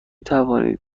توانید